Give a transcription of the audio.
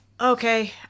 okay